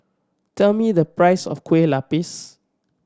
tell me the price of Kuih Lopes